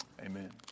Amen